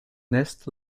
nest